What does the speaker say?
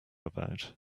about